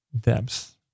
depths